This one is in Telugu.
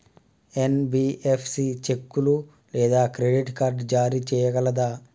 ఎన్.బి.ఎఫ్.సి చెక్కులు లేదా క్రెడిట్ కార్డ్ జారీ చేయగలదా?